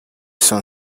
sun